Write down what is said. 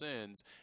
sins